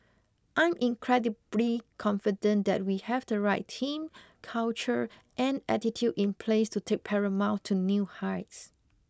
I'm incredibly confident that we have the right team culture and attitude in place to take Paramount to new heights